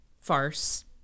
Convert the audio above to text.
farce